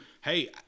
hey